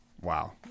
Wow